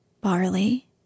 barley